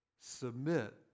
submit